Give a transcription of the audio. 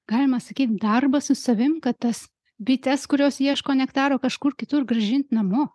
galima sakyt darbas su savim kad tas bites kurios ieško nektaro kažkur kitur grąžint namo